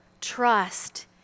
trust